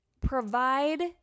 provide